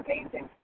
amazing